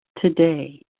today